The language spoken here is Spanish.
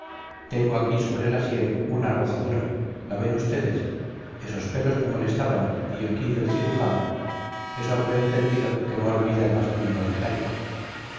tengo aquí sobre la sien una rozadura la ven ustedes esos pelos me molestaban y aquí del cirujano es hombre entendido que no olvida el más mínimo detalle